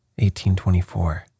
1824